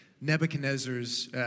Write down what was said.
Nebuchadnezzar's